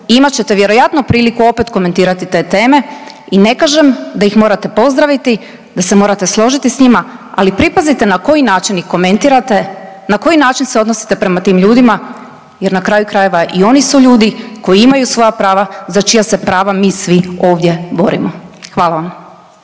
imat ćete vjerojatno priliku opet komentirati te teme i ne kažem da ih morate pozdraviti, da se morate složiti s njima ali pripazite na koji način ih komentirate, na koji način se odnosite prema tim ljudima jer na kraju krajeva i oni su ljudi koji imaju svoja prava za čija se prava mi svi ovdje borimo. Hvala vam.